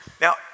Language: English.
Now